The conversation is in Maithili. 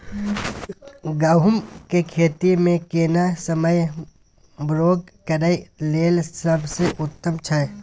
गहूम के खेती मे केना समय बौग करय लेल सबसे उत्तम छै?